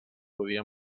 podia